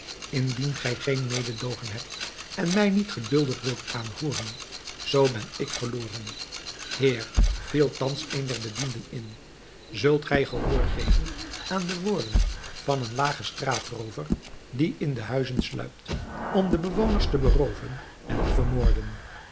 indien gij geen mededoogen hebt en mij niet geduldig wilt aanhooren zoo ben ik verloren heer viel thans een der bedienden in zult gij gehoor geven aan de woorden van een lagen straatroover die in de huizen sluipt om de bewoners te berooven en te vermoorden